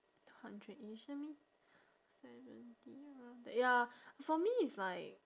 two hundredish that mean seventy around there ya for me it's like